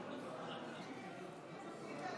הסתייגות